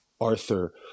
Arthur